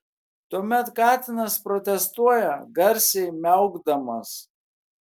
tuomet katinas protestuoja garsiai miaukdamas